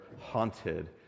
haunted